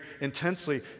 intensely